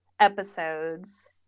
episodes